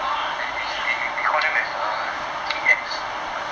okay we call them as a D_X their civilian are the the D_X ya